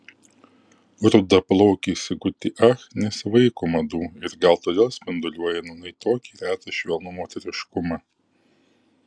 rudaplaukė sigutė ach nesivaiko madų ir gal todėl spinduliuoja nūnai tokį retą švelnų moteriškumą